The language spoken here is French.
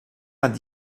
vingt